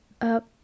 up